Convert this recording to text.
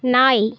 நாய்